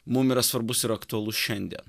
mum yra svarbus ir aktualus šiandien